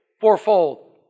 fourfold